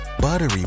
buttery